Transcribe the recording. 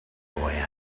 boy